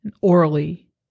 orally